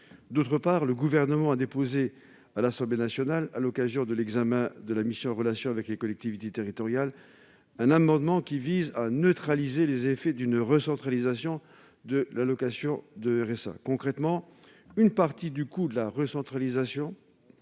D'autre part, le Gouvernement a déposé à l'Assemblée nationale, à l'occasion de l'examen de la mission « Relations avec les collectivités territoriales », un amendement qui vise à neutraliser les effets d'une recentralisation de l'allocation de RSA. Concrètement, une partie du coût de la recentralisation